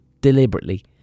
deliberately